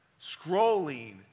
scrolling